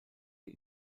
sie